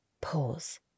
Pause